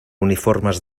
uniformes